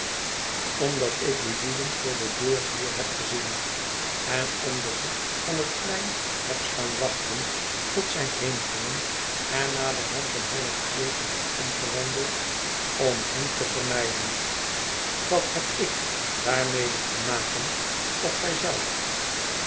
omdat ik die lieden voor de deur heb gezien en om den hoek van het plein heb staan wachten tot zij heengingen en naderhand een half uurtje heb omgewandeld om hen te vermijden wat heb ik daarmede te maken of gij zelf